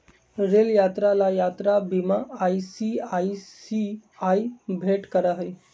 rail यात्रा ला यात्रा बीमा आई.सी.आई.सी.आई भेंट करा हई